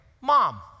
mom